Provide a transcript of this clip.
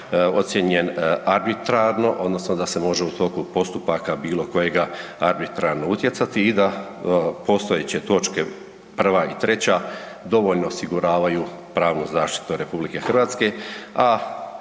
ocijenjen arbitrarno odnosno da se može u toku postupaka bilo kojega arbitrarno utjecati i da postojeće točke prva i treća dovoljno osiguravaju pravnu zaštitu RH, a ponovit ću,